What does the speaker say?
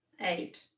Eight